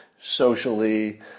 socially